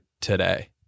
today